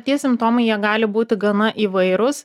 tie simptomai jie gali būti gana įvairus